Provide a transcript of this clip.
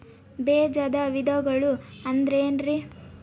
ಬೇಜದ ವಿಧಗಳು ಅಂದ್ರೆ ಏನ್ರಿ?